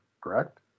correct